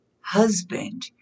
husband